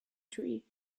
tree